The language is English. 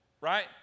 right